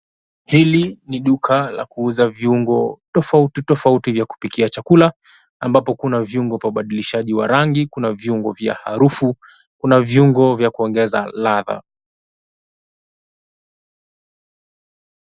Hili ni duka la kuuza viungo tofauti tofauti vya kupikia chakula ambapo kuna viungo vya ubadilishaji wa rangi, kuna viungo vya harufu, kuna viungo vya kuongeza ladha.